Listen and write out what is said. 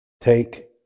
Take